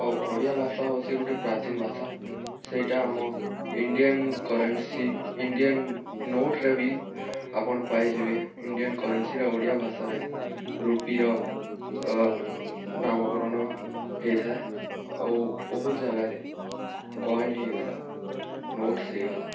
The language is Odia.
ଆଉ ଓଡ଼ିଆ ଭାଷା ହେଉଛି ଗୋଟେ ପ୍ରାଚୀନ ଭାଷା ସେଇଟା ଆମ ଇଣ୍ଡିଆନ୍ କରେନ୍ସି ଇଣ୍ଡିଆନ୍ ନୋଟ୍ରେ ବି ଆପଣ ପାଇଯିବେ ଇଣ୍ଡିଆନ୍ କରେନ୍ସିରେ ଓଡ଼ିଆ ଭାଷାରେ ରୂପିର ନାମକରଣ ହୋଇଥାଏ ଆଉ ବହୁତ ଜାଗାରେ କଏନ୍ ହୋଇଗଲା ନୋଟ୍ସ ହୋଇଗଲା